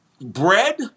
bread